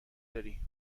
داری